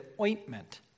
ointment